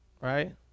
right